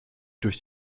durch